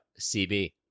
CB